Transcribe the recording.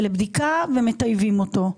חוזר לבדיקה ומטייבים אותו.